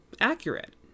Accurate